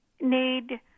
need